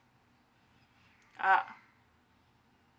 uh